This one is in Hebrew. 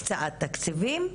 הקצאת תקציבים וביצועים.